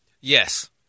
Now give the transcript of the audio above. Yes